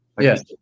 Yes